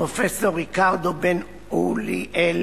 פרופסור ריקרדו בן-אוליאל,